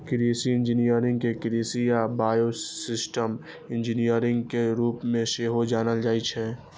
कृषि इंजीनियरिंग कें कृषि आ बायोसिस्टम इंजीनियरिंग के रूप मे सेहो जानल जाइ छै